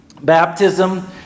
baptism